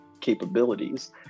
capabilities